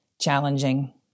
challenging